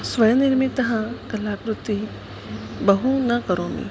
स्वयं निर्मितां कलाकृतिं बहु न करोमि